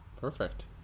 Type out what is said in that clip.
Perfect